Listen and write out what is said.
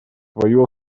свою